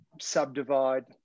subdivide